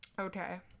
Okay